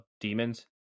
demons